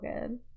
good